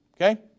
okay